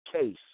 case